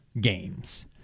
games